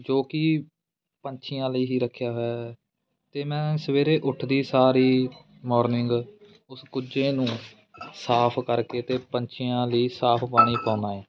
ਜੋ ਕਿ ਪੰਛੀਆਂ ਲਈ ਹੀ ਰੱਖਿਆ ਹੋਇਆ ਹੈ ਅਤੇ ਮੈਂ ਸਵੇਰੇ ਉੱਠਦੀ ਸਾਰ ਹੀ ਮੋਰਨਿੰਗ ਉਸ ਕੁੱਜੇ ਨੂੰ ਸਾਫ ਕਰਕੇ ਅਤੇ ਪੰਛੀਆਂ ਲਈ ਸਾਫ ਪਾਣੀ ਪਾਉਂਦਾ ਹੈ